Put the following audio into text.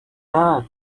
not